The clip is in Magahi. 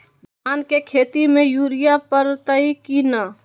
धान के खेती में यूरिया परतइ कि न?